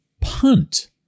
punt